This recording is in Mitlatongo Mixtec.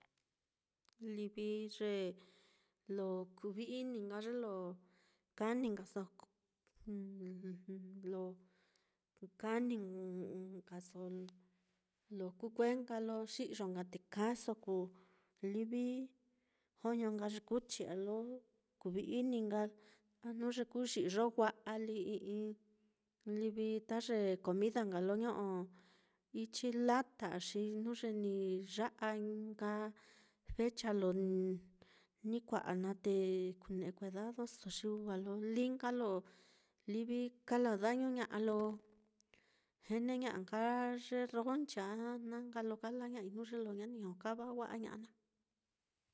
Livi ye lo kuvi-ini nka ye lo kaa ní nkaso, lo kaa ní n-nkaso lo kuu kue nka lo xi'yo nka te kaaso kuu livi joño nka ye kuchi á, lo kuvi-ini nka a lo jnu ye kuu xi'yo wa'a lí i'i livi ta ye comida nka lo ño'o ichi lata á xi jnu ye ni ya'a nka fecha lo ni kua'a naá, te kune'e kuedadoso xi wa lo lí nka lo livi kala dañu ña'a lo a'a nka ye roncha a na nka lo kajlaña'ai, jnu ye ña ni jokava wa'a ña'a naá.